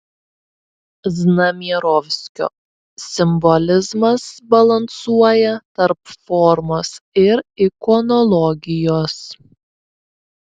znamierovskio simbolizmas balansuoja tarp formos ir ikonologijos